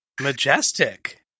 Majestic